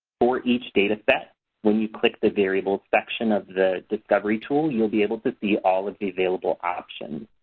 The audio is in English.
for each data set when you click the variable section of the discovery tool you'll be able to see all of the available options.